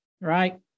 right